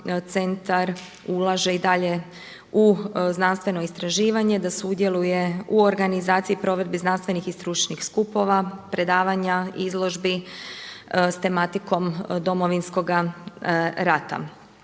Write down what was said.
ulaže i dalje u znanstveno istraživanje da sudjeluju u organizaciji i provedbi znanstvenih i stručnih skupova, predavanja, izložbi s tematikom Domovinskoga rata.